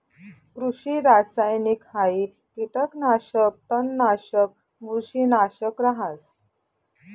कृषि रासायनिकहाई कीटकनाशक, तणनाशक, बुरशीनाशक रहास